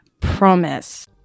promise